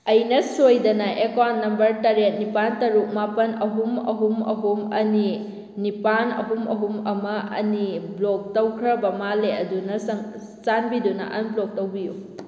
ꯑꯩꯅ ꯁꯣꯏꯗꯅ account number ꯇꯔꯦꯠ ꯅꯤꯄꯥꯜ ꯇꯔꯨꯛ ꯃꯥꯄꯜ ꯑꯍꯨꯝ ꯑꯍꯨꯝ ꯑꯍꯨꯝ ꯑꯅꯤ ꯅꯤꯄꯥꯜ ꯑꯍꯨꯝ ꯑꯍꯨꯝ ꯑꯃ ꯑꯅꯤ ꯕ꯭ꯂꯣꯛ ꯇꯧꯈ꯭ꯔꯕ ꯃꯥꯜꯂꯦ ꯑꯗꯨꯅ ꯆꯥꯟꯕꯤꯗꯨꯅ ꯑꯟꯕ꯭ꯂꯣꯛ ꯇꯧꯕꯤꯌꯨ